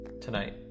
tonight